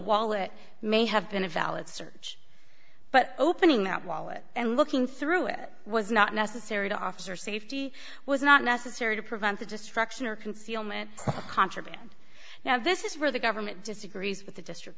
wallet may have been a valid search but opening that wallet and looking through it was not necessary to officer safety was not necessary to prevent the destruction or concealment contraband now this is where the government disagrees with the district